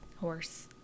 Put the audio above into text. horse